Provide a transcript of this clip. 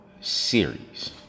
Series